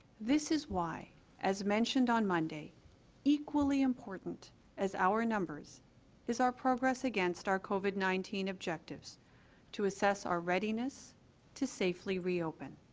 this is why as mentioned on monday equally important as our numbers is our progress against our covid nineteen objectives to assess our readiness to safely reopen